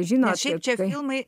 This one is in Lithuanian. žino šiaip čekai filmai